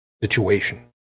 situation